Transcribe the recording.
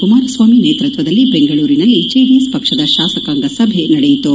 ಕುಮಾರಸ್ವಾಮಿ ನೇತೃತ್ವದಲ್ಲಿ ಬೆಂಗಳೂರಿನಲ್ಲಿ ಜೆಡಿಎಸ್ ಪಕ್ಷದ ಶಾಸಕಾಂಗ ಸಭೆ ನಡೆಯಿತು